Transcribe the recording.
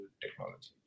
technology